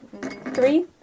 Three